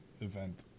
event